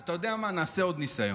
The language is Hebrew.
אתה יודע מה, נעשה עוד ניסיון.